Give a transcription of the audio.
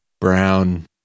brown